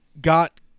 got